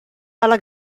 alla